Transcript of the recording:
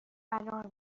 انار